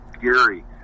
Gary